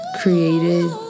created